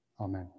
Amen